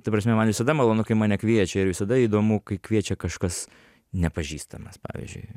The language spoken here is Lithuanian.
ta prasme man visada malonu kai mane kviečia ir visada įdomu kai kviečia kažkas nepažįstamas pavyzdžiui